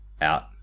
out